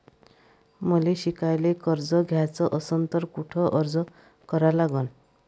मले शिकायले कर्ज घ्याच असन तर कुठ अर्ज करा लागन?